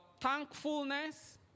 thankfulness